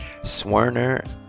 Swerner